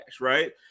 right